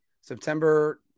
September